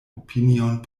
opinion